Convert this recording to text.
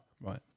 Right